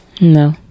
No